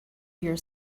your